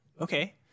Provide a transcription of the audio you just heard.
Okay